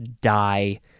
die